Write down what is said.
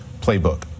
playbook